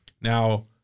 now